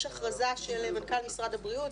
יש הכרזה של מנכ"ל משרד הבריאות,